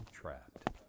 trapped